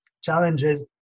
challenges